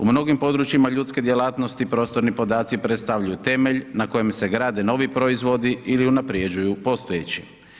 U mnogim područjima ljudske djelatnosti prostorni podaci predstavljaju temelj na kojem se grade novi proizvodi ili unaprjeđuju postojeći.